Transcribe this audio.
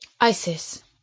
Isis